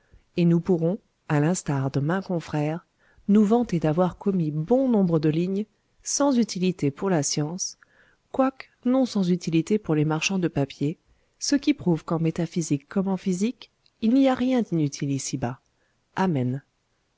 et nous pourrons à l'instar de maints confrères nous vanter d'avoir commis bon nombre de lignes sans utilité pour la science quoique non sans utilité pour les marchands de papier ce qui prouve qu'en métaphysique comme en physique il n'y a rien d'inutile ici-bas amen